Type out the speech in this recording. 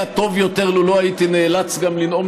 היה טוב יותר לו לא הייתי נאלץ גם לנאום